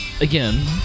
again